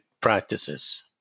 practices